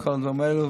וכל הדברים האלה,